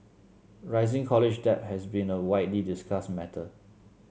rising college debt has been a widely discussed matter